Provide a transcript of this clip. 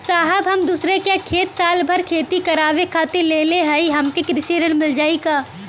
साहब हम दूसरे क खेत साल भर खेती करावे खातिर लेहले हई हमके कृषि ऋण मिल जाई का?